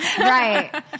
Right